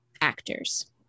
actors